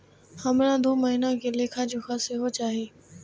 हमरा दूय महीना के लेखा जोखा सेहो चाही